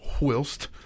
whilst